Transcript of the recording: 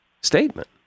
statement